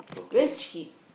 very cheap